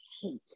hate